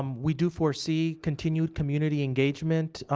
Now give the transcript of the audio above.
um we do foresee continued community engagement,